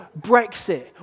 Brexit